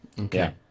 Okay